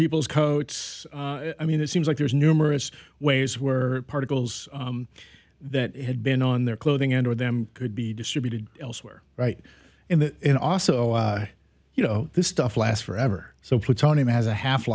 people's coats i mean it seems like there's numerous ways where particles that had been on their clothing and or them could be distributed elsewhere right in the in also you know this stuff last forever so plutonium has a half